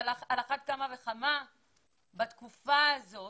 אבל על אחת כמה וכמה בתקופה הזאת